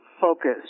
focus